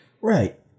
right